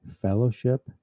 fellowship